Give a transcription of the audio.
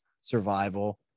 survival